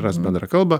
ras bendrą kalbą